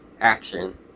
action